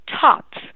tops